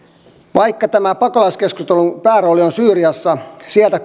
vaikka tämä pakolaiskeskustelun päärooli on syyriassa sieltä